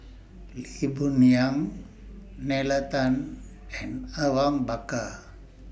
Lee Boon Yang Nalla Tan and Awang Bakar